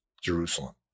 Jerusalem